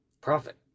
profit